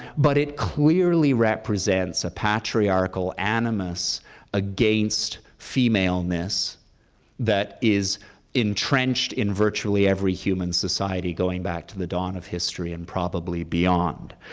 but it clearly represents a patriarchal animus against femaleness that is entrenched in virtually every human society going back to the dawn of history and probably beyond.